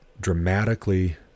dramatically